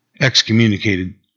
excommunicated